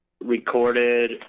recorded